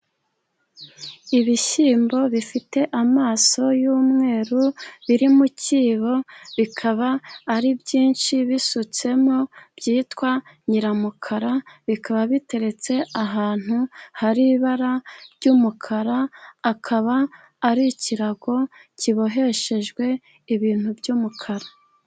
Ibishyimbo bifite amaso y'umweru biri mu cyibo, bikaba ari byinshi bisutsemo byitwa Nyiramukara, bikaba biteretse ahantu hari ibara ry'umukara, akaba ari ikirago kiboheshejwe ibintu by'umukara.